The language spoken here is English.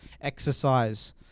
exercise